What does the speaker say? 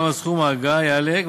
גם סכום האגרה יעלה,